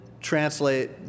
translate